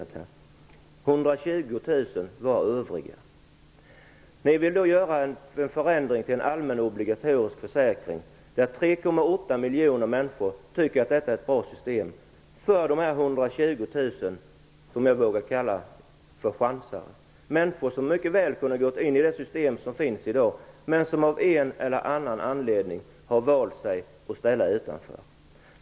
120 000 är "övriga". Ni vill alltså förändra arbetslöshetsförsäkringen, som 3,8 miljoner människor tycker är ett bra system, till en allmän obligatorisk försäkring, för dessa 120 000 som jag vågar kalla för chansare, människor som mycket väl kunde ha gått in i det system som finns i dag men som av en eller annan anledning har valt att ställa sig utanför.